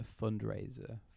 fundraiser